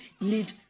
need